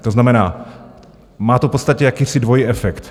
To znamená, má to v podstatě jakýsi dvojí efekt.